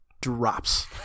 drops